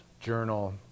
journal